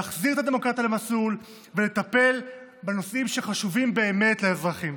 להחזיר את הדמוקרטיה למסלול ולטפל בנושאים שחשובים באמת לאזרחים.